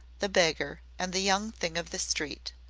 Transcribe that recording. the beggar, and the young thing of the street.